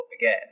again